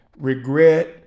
regret